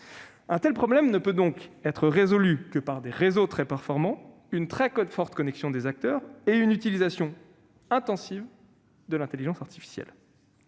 Un tel problème ne peut donc être résolu que par des réseaux très performants, une très forte connexion des acteurs et une utilisation intensive de l'intelligence artificielle.